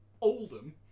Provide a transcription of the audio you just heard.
Oldham